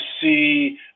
see